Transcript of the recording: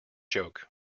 joke